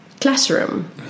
classroom